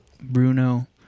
Bruno